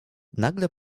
nagle